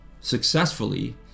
successfully